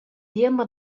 diember